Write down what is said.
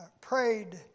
prayed